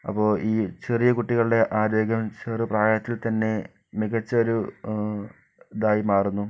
അപ്പോൾ ഈ ചെറിയ കുട്ടികളുടെ ആരോഗ്യം ചെറുപ്രായത്തിൽ തന്നെ മികച്ച ഒരു ഇതായി മാറുന്നു